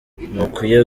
ntukwiye